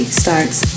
starts